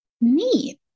Neat